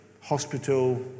hospital